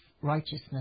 righteousness